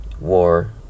war